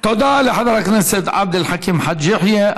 תודה לחבר הכנסת עבד אל חכים חאג' יחיא.